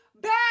bad